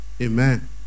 Amen